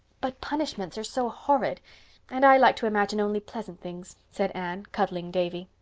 but punishments are so horrid and i like to imagine only pleasant things, said anne, cuddling davy.